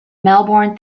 melbourne